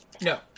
No